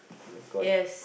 my god